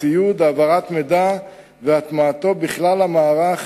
ציוד והעברת מידע והטמעתו בכלל מערך